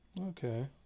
Okay